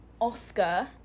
Oscar